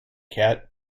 cat